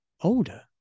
older